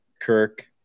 Kirk